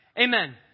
Amen